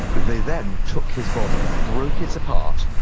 they then took his body, broke it apart,